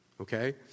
Okay